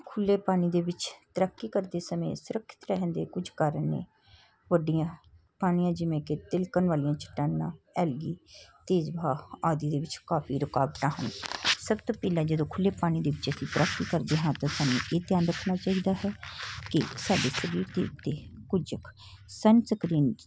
ਖੁੱਲ੍ਹੇ ਪਾਣੀ ਦੇ ਵਿੱਚ ਤੈਰਾਕੀ ਕਰਦੇ ਸਮੇਂ ਸੁਰੱਖਿਅਤ ਰਹਿਣ ਦੇ ਕੁਝ ਕਾਰਨ ਨੇ ਵੱਡੀਆਂ ਪਾਣੀਆਂ ਜਿਵੇਂ ਕਿ ਤਿਲਕਣ ਵਾਲੀਆਂ ਚਟਾਨਾਂ ਐਲਗੀ ਤੇਜ਼ ਵਹਾਅ ਆਦਿ ਦੇ ਵਿੱਚ ਕਾਫੀ ਰੁਕਾਵਟਾਂ ਹਨ ਸਭ ਤੋਂ ਪਹਿਲਾਂ ਜਦੋਂ ਖੁੱਲ੍ਹੇ ਪਾਣੀ ਦੇ ਵਿੱਚ ਅਸੀਂ ਤੈਰਾਕੀ ਕਰਦੇ ਹਾਂ ਤਾਂ ਸਾਨੂੰ ਇਹ ਧਿਆਨ ਰੱਖਣਾ ਚਾਹੀਦਾ ਹੈ ਕਿ ਸਾਡੇ ਸਰੀਰ ਦੇ ਉੱਤੇ ਕੁਝ ਸਨਸਕਰੀਨ